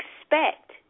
expect